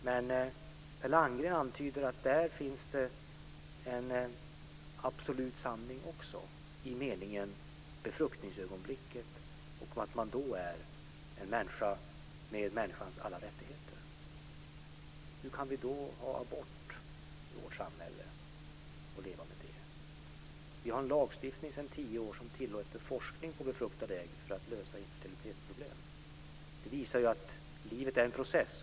Men Per Landgren antyder att det också här finns en absolut sanning, i den meningen att man i befruktningsögonblicket är en människa med människans alla rättigheter. Hur kan vi då ha abort i vårt samhälle och leva med det? Vi har sedan tio år en lagstiftning som tillåter forskning på befruktade ägg för att lösa infertilitetsproblem. Det visar att livet är en process.